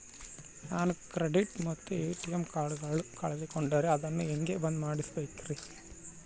ನಾನು ಕ್ರೆಡಿಟ್ ಮತ್ತ ಎ.ಟಿ.ಎಂ ಕಾರ್ಡಗಳನ್ನು ಕಳಕೊಂಡರೆ ಅದನ್ನು ಹೆಂಗೆ ಬಂದ್ ಮಾಡಿಸಬೇಕ್ರಿ?